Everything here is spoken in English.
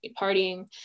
partying